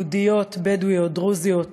יהודיות, בדואיות, דרוזיות,